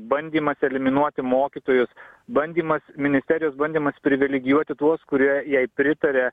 bandymas eliminuoti mokytojus bandymas ministerijos bandymas privilegijuoti tuos kurie jai pritaria